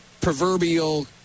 proverbial